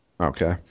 Okay